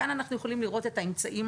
כאן אנחנו יכולים לראות את האמצעים